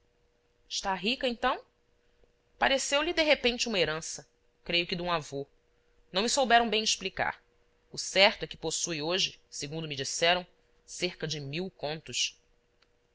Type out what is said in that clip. está rica então apareceu-lhe de repente uma herança creio que dum avô não me souberam bem explicar o certo é que possui hoje segundo me disseram cerca de mil contos